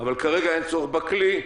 אבל כרגע אין צורך בכלי.